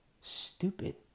Stupid